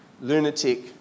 lunatic